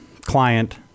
client